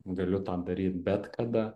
galiu tą daryt bet kada